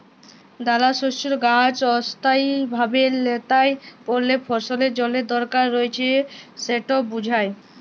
দালাশস্যের গাহাচ অস্থায়ীভাবে ল্যাঁতাই পড়লে ফসলের জলের দরকার রঁয়েছে সেট বুঝায়